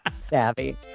savvy